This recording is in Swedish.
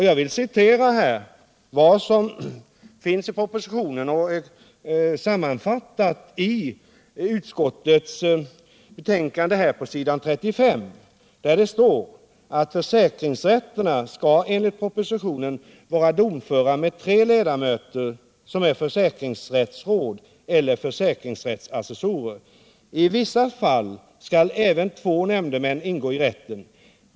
Jag vill här citera vad som står i utskottets betänkande nr 15 s. 35: ”Försäkringsrätterna skall enligt propositionen vara domföra med tre ledamöter som är försäkringsrättsråd eller försäkringsassessorer. I vissa fall skall även två nämndemän ingå i rätten.